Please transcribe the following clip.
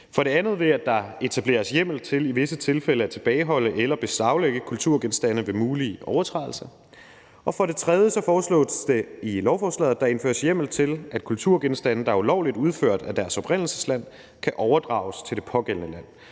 For det andet etableres der hjemmel til i visse tilfælde at tilbageholde eller beslaglægge kulturgenstande ved mulige overtrædelser. For det tredje foreslås det i lovforslaget, at der indføres hjemmel til, at kulturgenstande, der er ulovligt udført af deres oprindelsesland, kan overdrages til det pågældende land.